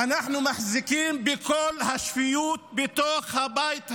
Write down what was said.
אנחנו מחזיקים בקול השפיות בתוך הבית הזה.